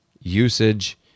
usage